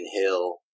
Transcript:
Hill